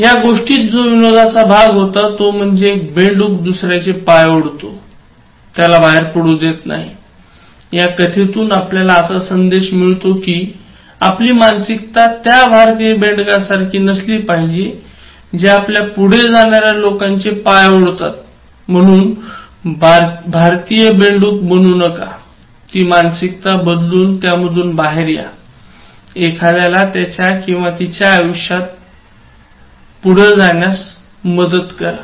या गोष्टीत जो विनोदाचा भाग होता तो म्हणजे एक बेंडूक दुसऱ्याचे पाय ओढते त्याला बाहेर पडू देत नाही या कथेतून आपल्याला असा संदेश मिळतो कि आपली मानसिकता त्या भारतीय बेडकांसारखी नसली पाहिजे जे आपल्या पुढे जाणाऱ्या लोकांचे पाय ओढतात म्हणून भारतीय बेडूक बनू नकाती मानसिकता बदलून त्यामधून बाहेर या एखाद्याला त्याच्या किंवा तिच्या आयुष्यात प्रगती करण्यास मदत करा